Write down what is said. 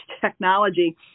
technology